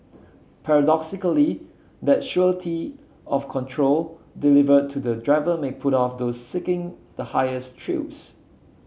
paradoxically that surety of control delivered to the driver may put off those seeking the highest thrills